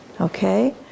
okay